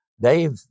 dave